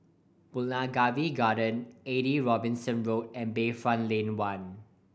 Bougainvillea Garden Eighty Robinson Road and Bayfront Lane One